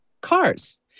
cars